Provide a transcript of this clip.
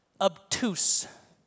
obtuse